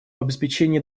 обеспечении